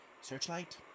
Searchlight